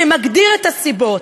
שמגדיר את הסיבות,